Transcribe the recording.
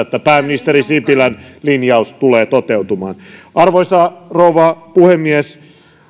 että pääministeri sipilän linjaus tulee toteutumaan arvoisa rouva puhemies